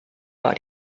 war